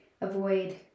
avoid